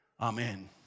Amen